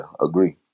agree